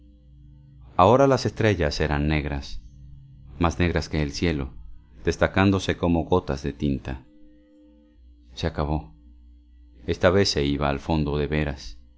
ahora las estrellas eran negras más negras que el cielo destacándose como gotas de tinta se acabó esta vez se iba al fondo de veras